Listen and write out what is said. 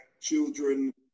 children